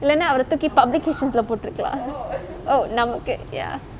இல்லேனா அவர தூக்கி:illenaa avara thooki publications லே போட்டுருக்கலா:le potrukalaa oh நமக்கு:namaku ya